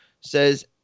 says